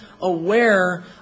aware